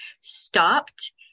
stopped